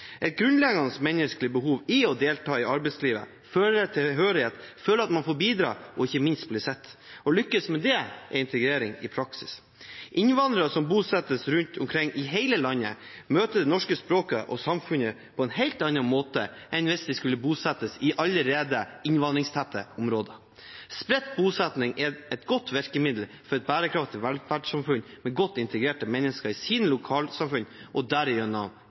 å delta i arbeidslivet, føle tilhørighet, føle at man får bidra og ikke minst bli sett. Å lykkes med det er integrering i praksis. Innvandrere som bosettes rundt omkring i hele landet, møter det norske språket og samfunnet på en helt annen måte enn hvis de skulle bosettes i allerede innvandrertette områder. Spredt bosetting er et godt virkemiddel for et bærekraftig velferdssamfunn med godt integrerte mennesker i lokalsamfunnene og derigjennom